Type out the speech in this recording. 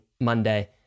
Monday